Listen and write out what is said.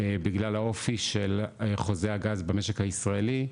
בגלל האופי של חוזה הגז במשק הישראלי,